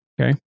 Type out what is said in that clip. Okay